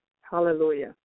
Hallelujah